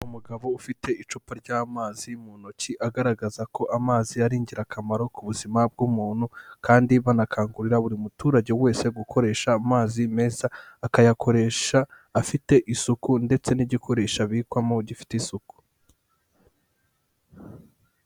Umugabo ufite icupa ry'amazi mu ntoki agaragaza ko amazi ari ingirakamaro ku buzima bw'umuntu kandi banakangurira buri muturage wese gukoresha amazi meza. Akayakoresha afite isuku ndetse n'igikoresho abikwamo gifite isuku.